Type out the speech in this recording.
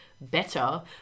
better